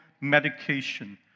medication